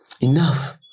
Enough